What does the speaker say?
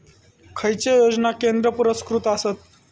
खैचे योजना केंद्र पुरस्कृत आसत?